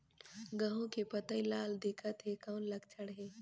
गहूं के पतई लाल दिखत हे कौन लक्षण हे?